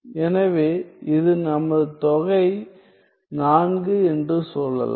எனவே இது நமது தொகை 4 என்று சொல்லலாம்